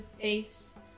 face